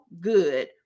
good